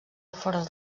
afores